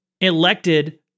elected